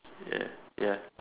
ya ya